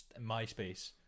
MySpace